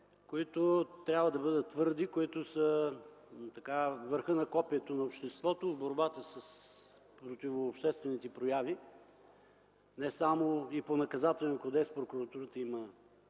които трябва да бъдат твърди, които са върха на копието на обществото в борбата с противообществените прояви? Не само и по Наказателния кодекс, прокуратурата има